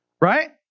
right